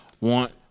want